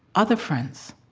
other friends